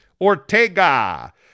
Ortega